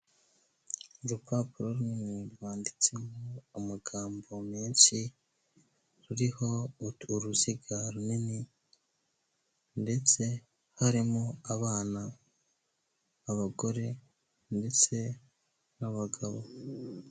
Urupapuro runini rwanditsemo amagambo menshi, ruriho uruziga runini ndetse harimo abana, abagore ndetse n'abagabo.